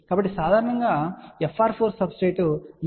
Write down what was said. కాబట్టి సాధారణంగా FR4 substrate మీరు 2